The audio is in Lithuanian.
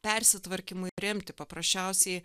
persitvarkymui remti paprasčiausiai